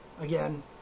again